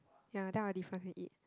ya then I'll defrost and eat